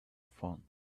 phone